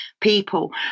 people